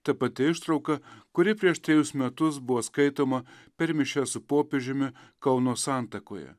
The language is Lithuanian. ta pati ištrauka kuri prieš trejus metus buvo skaitoma per mišias su popiežiumi kauno santakoje